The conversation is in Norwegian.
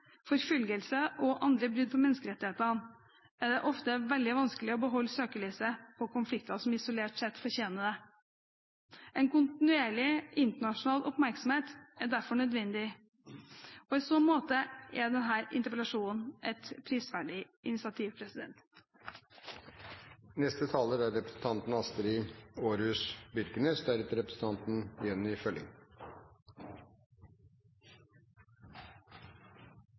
og andre brudd på menneskerettighetene, er det ofte veldig vanskelig å beholde søkelyset på konflikter som isolert sett fortjener det. En kontinuerlig internasjonal oppmerksomhet er derfor nødvendig. I så måte er denne interpellasjonen et prisverdig initiativ.